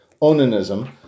Onanism